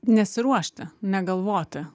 nesiruošti negalvoti